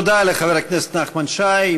תודה לחבר הכנסת נחמן שי.